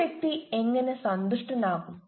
ഒരു വ്യക്തി എങ്ങനെ സന്തുഷ്ടനാകും